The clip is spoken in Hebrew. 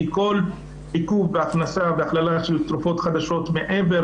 כי כל עיכוב בהכנסה ובהכללה של תרופות חדשות מעבר